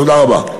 תודה רבה.